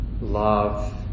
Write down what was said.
love